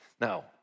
Now